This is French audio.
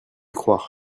croire